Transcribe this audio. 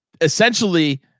essentially